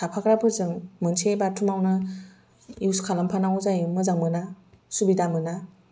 थाफाग्राफोरजों मोनसे बाथ्रुमावनो इउज खालामफानांगौ जायो मोजां मोना सुबिदा मोना